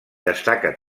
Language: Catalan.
destaca